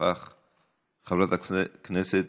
חברת הכנסת